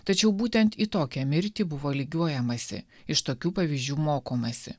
tačiau būtent į tokią mirtį buvo lygiuojamasi iš tokių pavyzdžių mokomasi